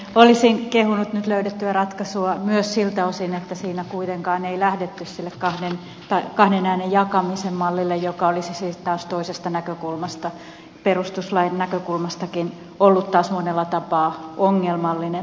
olisin kehunut nyt löydettyä ratkaisua myös siltä osin että siinä kuitenkaan ei lähdetty sille kahden äänen jakamisen mallille joka olisi siis taas toisesta näkökulmasta perustuslain näkökulmastakin ollut taas monella tapaa ongelmallinen